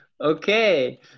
Okay